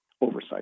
oversight